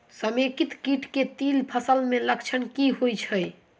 समेकित कीट केँ तिल फसल मे लक्षण की होइ छै?